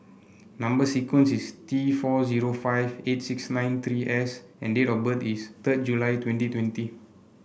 number sequence is T four zero five eight six nine three S and date of birth is third July twenty twenty